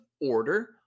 order